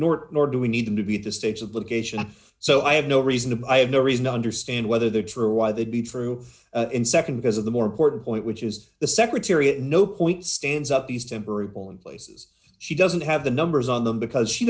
nor nor do we need them to be the states of litigation so i have no reason to i have no reason to understand whether they're true or why they'd be true in nd because of the more important point which is the secretary at no point stands up these temporary polling places she doesn't have the numbers on them because she